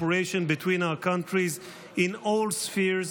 between our countries in all spheres,